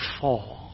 fall